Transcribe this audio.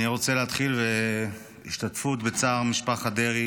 אני רוצה להתחיל בהשתתפות בצער משפחת דרעי